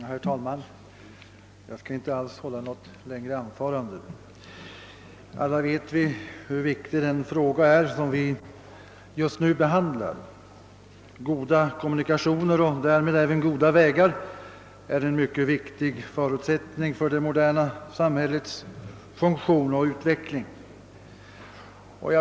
Herr talman! Jag har inte för avsikt att nu hålla något längre anförande. Alla vet hur viktig den fråga är som vi nu behandlar. Goda kommunikationer och goda vägar är en viktig förutsättning för det moderna samhällets funktion och utveckling.